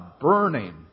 burning